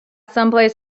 someplace